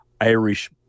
Irish